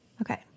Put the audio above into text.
Okay